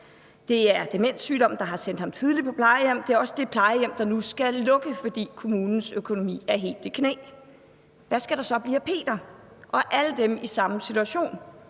Det er demenssygdommen, der har sendt ham tidligt på plejehjem, og det er også det plejehjem, der nu skal lukke, fordi kommunens økonomi er helt i knæ. Hvad skal der så blive af Peter og alle dem i samme situation?